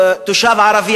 תושב ערבי,